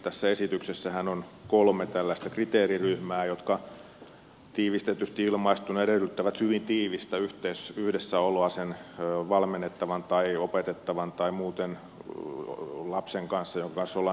tässä esityksessähän on kolme tällaista kriteeriryhmää jotka tiivistetysti ilmaistuna edellyttävät hyvin tiivistä yhdessäoloa sen valmennettavan tai opetettavan lapsen tai muuten lapsen kanssa jonka kanssa ollaan tekemisissä